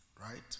right